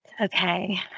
Okay